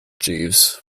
jeeves